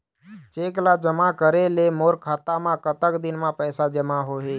Cheque ला जमा करे ले मोर खाता मा कतक दिन मा पैसा जमा होही?